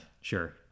Sure